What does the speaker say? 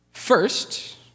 First